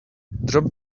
drop